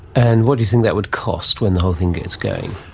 and what do you think that would cost when the whole thing gets going?